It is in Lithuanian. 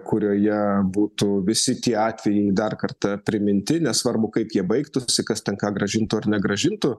kurioje būtų visi tie atvejai dar kartą priminti nesvarbu kaip jie baigtųsi kas ten ką grąžintų ar negrąžintų